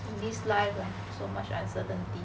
in this life ah so much uncertainty